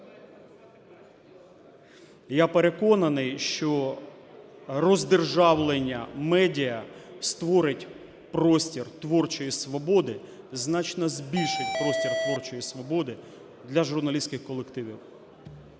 Я переконаний, що роздержавлення медіа створить простір творчої свободи, значно збільшить простір творчої свободи для журналістських колективів.